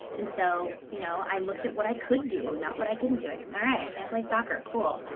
and so, you know, i looked at what i could do, not what i couldn't do. alright, i can't play soccer, cool.